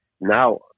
Now